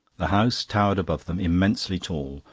the house towered above them, immensely tall,